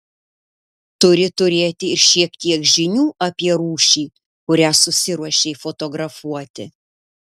turi turėti ir šiek tiek žinių apie rūšį kurią susiruošei fotografuoti